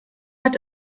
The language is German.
hat